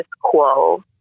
quo